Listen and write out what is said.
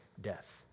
death